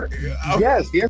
yes